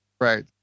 Right